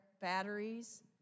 batteries